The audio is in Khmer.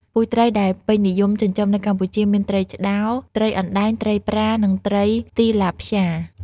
ពូជត្រីដែលពេញនិយមចិញ្ចឹមនៅកម្ពុជាមាន ត្រីឆ្តោរ ត្រីអណ្តើក ត្រីប្រា និង ត្រីទីឡាព្យ៉ា។